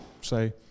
Say